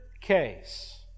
case